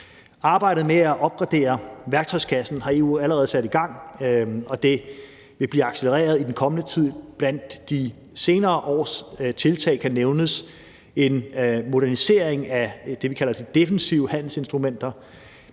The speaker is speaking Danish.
Arbejdet med at opgradere værktøjskassen har EU allerede sat i gang, og det vil blive accelereret i den kommende tid. Blandt de senere års tiltag kan nævnes en modernisering af det, som vi kalder de defensive handelsinstrumenter,